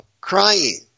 crying